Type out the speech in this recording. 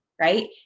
right